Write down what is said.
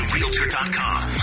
Realtor.com